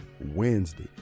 Wednesday